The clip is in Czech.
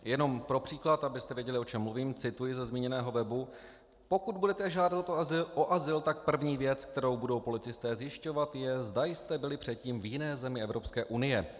Jenom pro příklad, abyste věděli, o čem mluvím, cituji ze zmíněného webu: Pokud budete žádat o azyl, tak první věc, kterou budou policisté zjišťovat, je, zda jste byli předtím v jiné zemi Evropské unie.